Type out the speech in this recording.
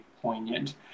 poignant